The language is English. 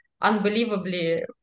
unbelievably